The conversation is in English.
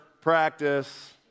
practice